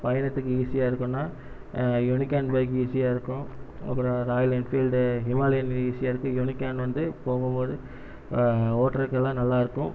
பயணத்துக்கு ஈஸியாக இருக்குன்னா யூனிகார்ன் பைக் ஈஸியாக இருக்கும் அப்புறோம் ராயல் என்ஃபீல்டு ஹிமாலயன் ஈஸியாக இருக்கும் யூனிகார்ன் வந்து போகும்மோது ஓட்டுறக்கு எல்லா நல்லா இருக்கும்